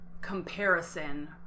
comparison